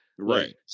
Right